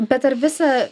bet ar visą